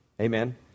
Amen